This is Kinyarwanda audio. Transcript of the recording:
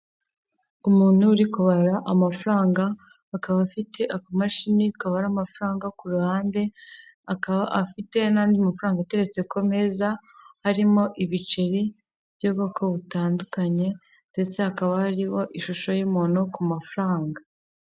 Umuntu uri kubara amafaranga, akaba afite akamashini kabara amafaranga ku ruhande, akaba afite n'andi mafaranga ateretse ku meza, harimo ibiceri by'ubwoko butandukanye ndetse hakaba hariho ishusho y'umuntu ku mafaranga.